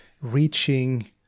reaching